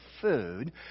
food